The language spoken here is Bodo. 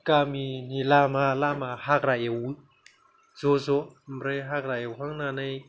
गामिनि लामा लामा हाग्रा एवो ज' ज' ओमफ्राय हाग्रा एवखांनानै